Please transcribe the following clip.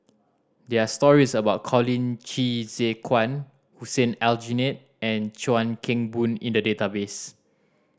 there are stories about Colin Qi Zhe Quan Hussein Aljunied and Chuan Keng Boon in the database